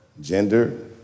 Gender